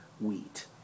wheat